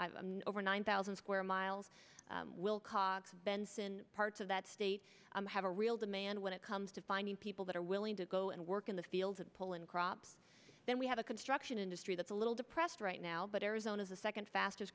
component over nine thousand square miles wilcox benson part of that state has a real demand when it comes to finding people that are willing to go and work in the fields and pull in crops then we have a construction industry that's a little depressed right now but arizona's the second fastest